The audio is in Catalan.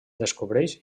descobreix